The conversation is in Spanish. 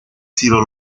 sido